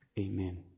amen